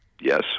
Yes